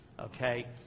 okay